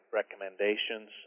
recommendations